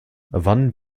wann